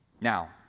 Now